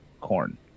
corn